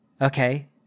Okay